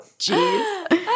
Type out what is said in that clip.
Jeez